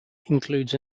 includes